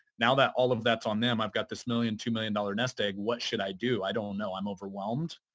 now, that all of that's on them, i've got this million, two million dollars nest egg. what should i do? i don't know. i'm overwhelmed.